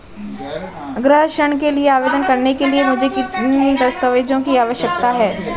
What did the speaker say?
गृह ऋण के लिए आवेदन करने के लिए मुझे किन दस्तावेज़ों की आवश्यकता है?